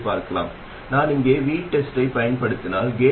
பல RF சுற்றுகளில் பயன்படுத்தப்படுகிறது